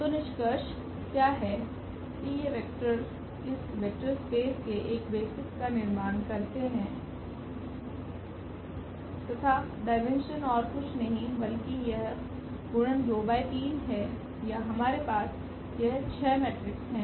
तो निष्कर्ष क्या है की यह वेक्टर इस वेक्टर स्पेस के एक बेसिस का निर्माण करते है तथा डायमेंशन और कुछ नहीं बल्कि यह गुणन 2 × 3 है या हमारे पास यह 6 मैट्रिक्स है